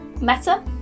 meta